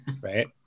Right